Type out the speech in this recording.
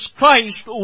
Christ